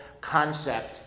concept